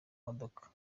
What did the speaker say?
modoka